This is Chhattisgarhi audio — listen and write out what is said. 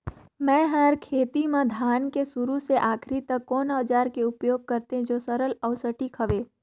मै हर खेती म धान के शुरू से आखिरी तक कोन औजार के उपयोग करते जो सरल अउ सटीक हवे?